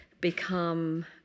become